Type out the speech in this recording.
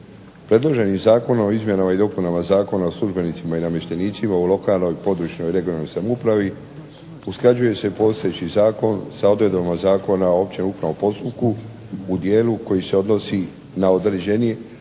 Predloženim Zakonom o izmjenama i dopunama Zakona o službenicima i namještenicima u lokalnoj, područnoj (regionalnoj) samoupravi usklađuje se postojeći zakon sa odredbama Zakona o općem upravnom postupku u dijelu koji se odnosi na određenje